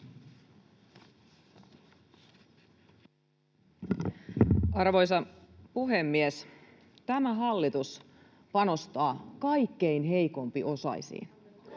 Arvoisa puhemies! Tämä hallitus panostaa kaikkein heikompiosaisiin,